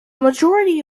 majority